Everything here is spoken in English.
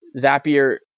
Zapier